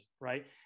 right